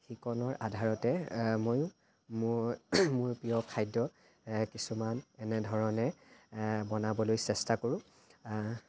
শিকনৰ আধাৰতে ময়ো মোৰ প্ৰিয় খাদ্য কিছুমান এনেধৰণে বনাবলৈ চেষ্টা কৰোঁ